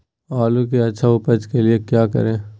आलू की अच्छी उपज के लिए क्या करें?